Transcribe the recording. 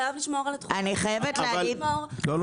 חייבים לשמור --- אני חייבת להגיד --- לא,